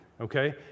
okay